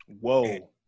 Whoa